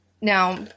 Now